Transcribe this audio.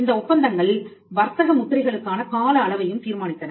இந்த ஒப்பந்தங்கள் வர்த்தக முத்திரை களுக்கான கால அளவையும் தீர்மானித்தன